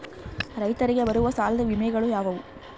ರೈತರಿಗೆ ಬರುವ ಸಾಲದ ವಿಮೆಗಳು ಯಾವುವು?